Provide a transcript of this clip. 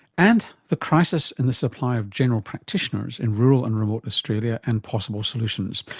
and the crisis in the supply of general practitioners in rural and remote australia, and possible solutions.